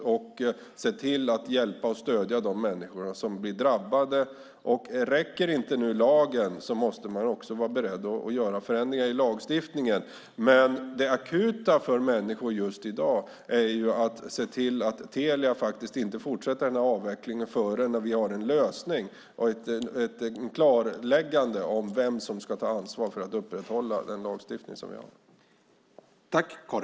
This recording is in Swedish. Man måste se till att hjälpa och stödja de människor som blir drabbade. Räcker inte lagen måste man också vara beredd att göra förändringar i lagstiftningen. Men det akuta för människor just i dag är att se till att Telia faktiskt inte fortsätter avvecklingen innan vi har en lösning och ett klarläggande av vem som ska ta ansvar för att upprätthålla den lagstiftning som vi har.